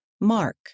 Mark